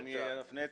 זה בעיה אחרת.